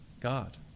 God